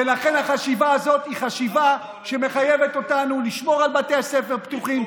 היא חשיבה שמחייבת אותנו לשמור על בתי הספר פתוחים,